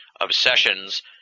obsessions